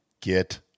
get